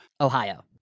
Ohio